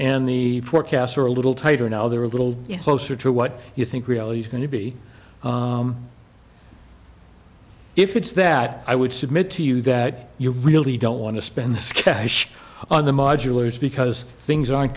and the forecasts are a little tighter now they're a little closer to what you think reality is going to be if it's that i would submit to you that you really don't want to spend the cash on the modulars because things aren't